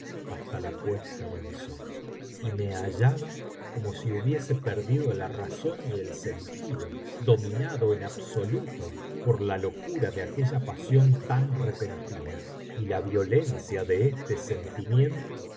hasta la puesta del sol y me hallaba como sí hubiese perdido la razón y el sentido dominado en absoluto por la locura de aquella pasión tan repentina y la violencia de este sentimiento